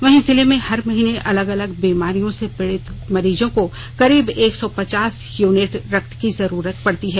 वहीं जिले में हर महीने अलग अलग बीमारियों से पीड़ित मरीजों को करीब एक सौ पचास यूनिट रक्त की जरूरत पड़ती है